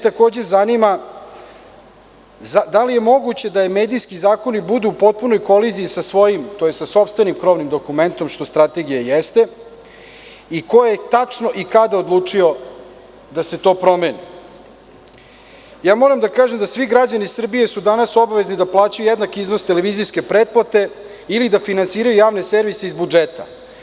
Takođe zanima me da li je moguće da medijski zakoni budu u potpunoj koliziji sa svojim sopstvenim krovnim dokumentom, što Stretegija jeste i ko je tačno i kada odlučio da se to promeni?' Moram da kažem da su svi građani Srbije danas obavezni da plaćaju jednak iznos televizijske pretplate ili da finansiraju Javni servis iz budžeta.